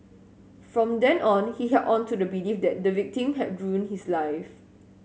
from then on he held on to the belief that the victim had ruined his life